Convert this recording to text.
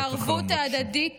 והערבות ההדדית